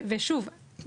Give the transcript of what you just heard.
ושוב,